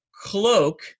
cloak